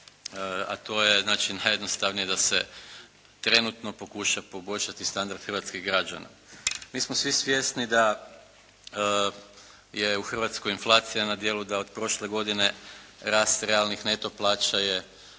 a to je znači najjednostavnije da se trenutno pokuša poboljšati standard hrvatskih građana. Mi smo svi svjesni da je u Hrvatskoj inflacija na djelu, da od prošle godine rast realnih neto plaća je